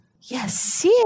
yes